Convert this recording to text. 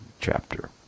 chapter